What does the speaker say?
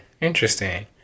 Interesting